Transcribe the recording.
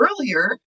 earlier